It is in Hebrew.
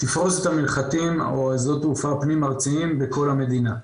תפרושת המנחתים או שדות התעופה הפנים ארציים בכל המדינה.